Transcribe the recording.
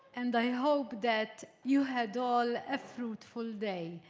and hope that you had all a fruitful day.